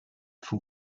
full